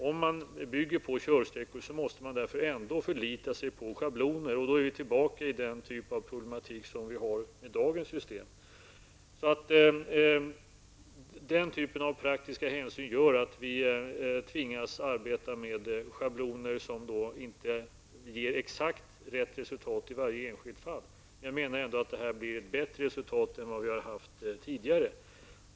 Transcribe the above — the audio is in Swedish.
Om man bygger på körsträckan måste man därför ändå förlita sig på schabloner. Då är vi tillbaka i den typ av problematik som vi har med dagens system. Sådana praktiska hänsyn gör att vi tvingas arbeta med schabloner, som inte ger exakt rätt resultat i varje enskilt fall. Men jag tycker ändå att det blir bättre resultat än med det system vi har.